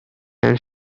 and